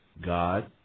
God